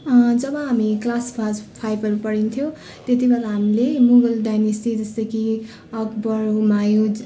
जब हामी क्लास फाज फाइभहरू पढ्थ्यौँ त्यति बेला हामीले मुगल डाइनेस्टी जस्तै कि अकबर हुमायु